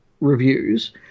reviews